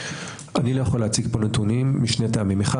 אני לא יכול להציג פה נתונים משני טעמים אחד